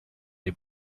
les